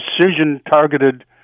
precision-targeted